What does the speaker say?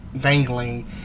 dangling